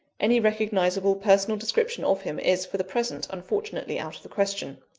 any recognisable personal description of him is, for the present, unfortunately out of the question.